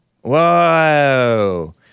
Whoa